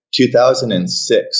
2006